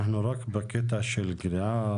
אנחנו רק בקטע של גריעה.